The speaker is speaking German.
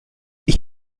ich